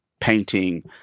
painting